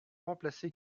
remplacer